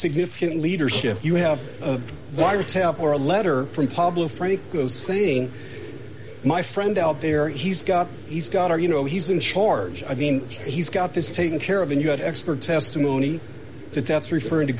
significant leadership you have a wiretap or a letter from pablo franco saying my friend out there he's got he's got our you know he's in charge i mean he's got this taken care of and you had expert testimony that that's referring to